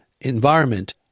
environment